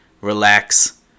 relax